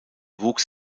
wuchs